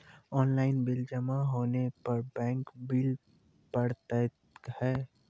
Online bill जमा होने पर बैंक बिल पड़तैत हैं?